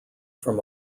from